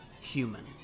human